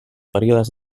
períodes